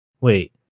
wait